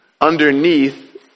Underneath